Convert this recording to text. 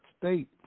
state